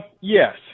Yes